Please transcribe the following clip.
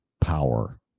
power